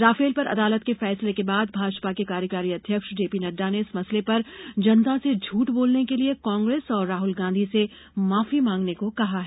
Rafale पर अदालत के फैसले के बाद भाजपा के कार्यकारी अध्यक्ष जेपी नड्डा ने इस मसले पर जनता से झूठ बोलने के लिए कांग्रेस और राहुल गांधी से माफी मांगने को कहा है